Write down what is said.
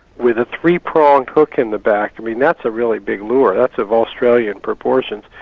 with a three pronged hook in the back, i mean that's a really big lure, that's of australian proportions,